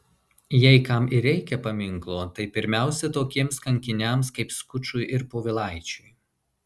jei kam ir reikia paminklo tai pirmiausia tokiems kankiniams kaip skučui ir povilaičiui